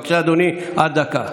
בבקשה, אדוני, עד דקה.